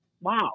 wow